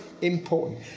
important